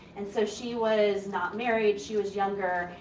and so, she was not married, she was younger.